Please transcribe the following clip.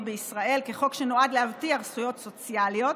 בישראל כחוק שנועד להבטיח זכויות סוציאליות.